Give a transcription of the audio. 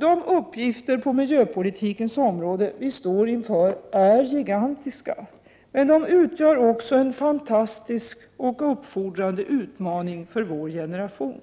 De uppgifter som vi står inför på miljöpolitikens område är gigantiska — men de utgör också en fantastisk och uppfordrande utmaning för vår generation.